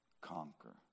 conquer